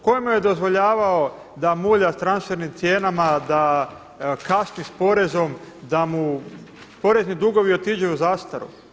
Tko mu je dozvoljavao da mulja s transfernim cijenama, da kasni s porezom, da mu porezni dugovi otiđu u zastaru?